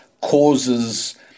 causes